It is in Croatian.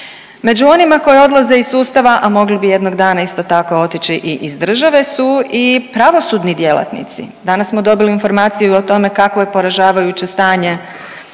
Među onima koji odlaze iz sustava, a mogli bi jednog dana isto tako otići i iz države su i pravosudni djelatnici. Danas smo dobili informaciju o tome kakvo je poražavajuće stanje